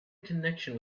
connection